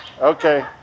Okay